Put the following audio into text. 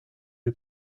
lui